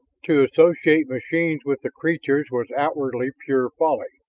to associate machines with the creatures was outwardly pure folly.